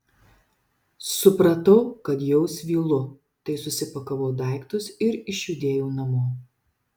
supratau kad jau svylu tai susipakavau daiktus ir išjudėjau namo